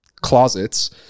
closets